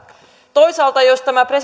toisaalta jos tämä